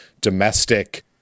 domestic